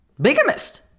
bigamist